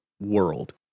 world